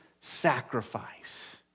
sacrifice